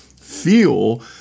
feel